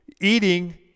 eating